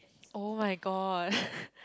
[oh]-my-god